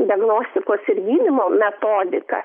diagnostikos ir gydymo metodika